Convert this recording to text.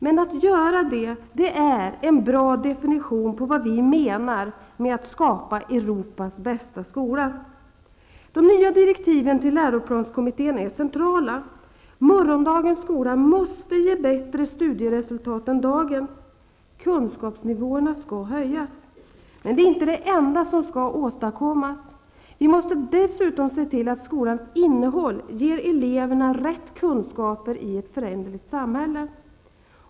Men att göra det är en bra definition på vad vi menar med att skapa Europas bästa skola. De nya direktiven till läroplanskommittén är centrala. Morgondagens skola måste ge bättre studieresultat än dagens. Kunskapsnivåerna skall höjas. Men det är inte det enda som skall åstadkommas. Vi måste dessutom se till att skolans innehåll ger eleverna rätt kunskaper i ett föränderligt samhälle.